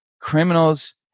Criminals